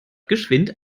geschwind